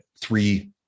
three